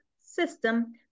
system